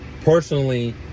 Personally